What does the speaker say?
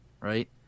right